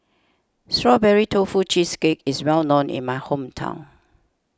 Strawberry Tofu Cheesecake is well known in my hometown